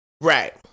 Right